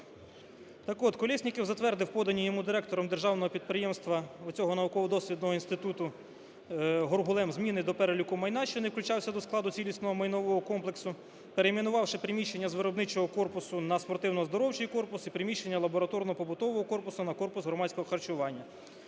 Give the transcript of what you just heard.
Так от Колєсніков затвердив подані йому директором державного підприємства оцього науково-дослідного інституту Горгулем зміни до переліку майна, що не включалися до складу цілісного майнового комплексу, перейменувавши приміщення з виробничого корпусу на спортивно-оздоровчий корпус і приміщенні лабораторного корпусу – на корпус громадського харчування,